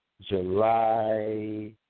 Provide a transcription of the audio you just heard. July